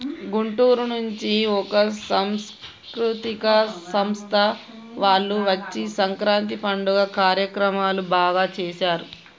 గుంటూరు నుంచి ఒక సాంస్కృతిక సంస్థ వాళ్ళు వచ్చి సంక్రాంతి పండుగ కార్యక్రమాలు బాగా సేశారు